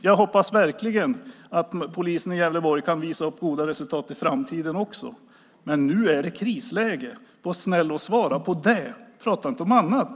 Jag hoppas verkligen att polisen i Gävleborg också i framtiden kan visa upp goda resultat. Men nu är det krisläge. Var snäll och ge ett svar om det och prata inte om annat!